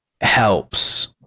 helps